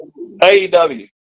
AEW